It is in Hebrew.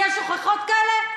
ויש הוכחות כאלה.